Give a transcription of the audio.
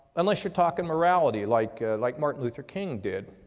unless you're talking morality like, like martin luther king did.